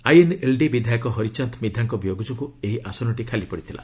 INLD ବିଧାୟକ ହରିଚାନ୍ ମିଧାଙ୍କ ବିୟୋଗ ଯୋଗୁଁ ଏହି ଆସନଟି ଖାଲି ପଡ଼ିଥିଲା